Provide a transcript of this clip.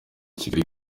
kigali